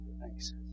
Thanks